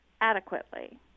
adequately